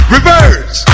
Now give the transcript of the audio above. Reverse